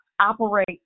operate